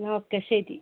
എന്നാൽ ഓക്കെ ശരി